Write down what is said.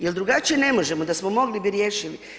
Jer drugačije ne možemo, da smo mogli bi riješili.